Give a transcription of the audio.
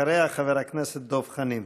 אחריה, חבר הכנסת דב חנין.